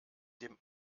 dem